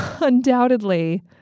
undoubtedly